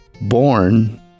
Born